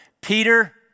Peter